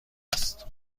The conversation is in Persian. است